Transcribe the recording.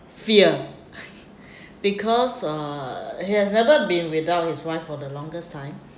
fear because uh he has never been without his wife for the longest time